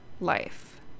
life